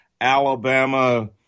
Alabama